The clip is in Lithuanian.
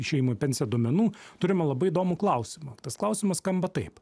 išėjimo į pensiją duomenų turime labai įdomų klausimą tas klausimas skamba taip